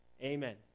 amen